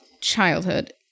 childhood